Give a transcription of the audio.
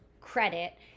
credit